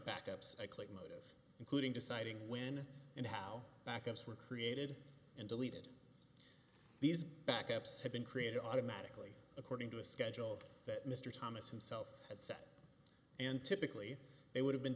backups i clicked must including deciding when and how backups were created and deleted these backups had been created automatically according to a schedule that mr thomas himself had set and typically they would have been